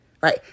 right